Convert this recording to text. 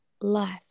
life